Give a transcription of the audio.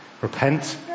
repent